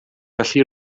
felly